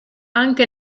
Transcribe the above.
anche